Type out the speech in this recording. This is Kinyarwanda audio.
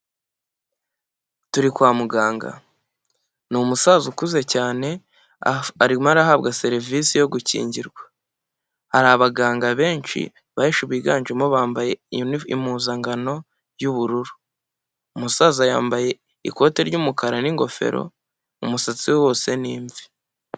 Turi kwa muganga. Ni umusaza ukuze cyane arimo arahabwa serivisi yo gukingirwa. Hari abaganga benshi, benshi biganjemo bambaye impuzankano y'ubururu. Umusaza yambaye ikote ry'umukara n'ingofero, umusatsi we wose ni imvi.